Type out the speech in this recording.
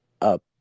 up